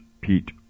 Pete